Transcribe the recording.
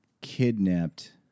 kidnapped